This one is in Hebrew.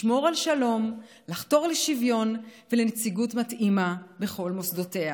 לשמור על שלום ולחתור לשוויון ולנציגות מתאימה בכל מוסדותיה,